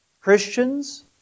Christians